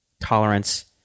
tolerance